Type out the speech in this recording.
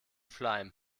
schleim